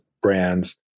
brands